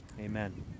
Amen